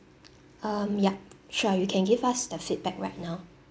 um yup sure you can give us the feedback right now